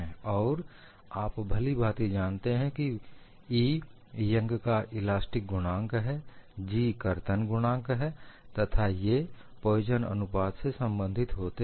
और आप भली भांति जानते हैं कि E यंग का इलास्टिक गुणांक है G कर्तन गुणांक है तथा ये पोएजन अनुपात से संबंधित होते हैं